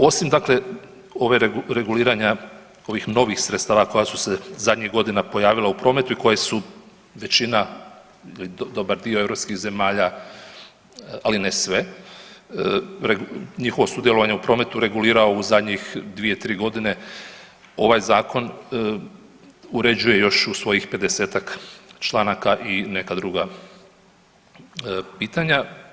Osim dakle, reguliranja ovih novih sredstava koja su se zadnjih godina pojavila u prometu i koje su većina ili dobar dio europskih zemalja, ali ne sve njihovo sudjelovanje u prometu regulirao u zadnjih dvije, tri godine ovaj zakon uređuje još uz svojih pedesetak članaka i neka druga pitanja.